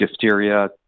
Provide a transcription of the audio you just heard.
diphtheria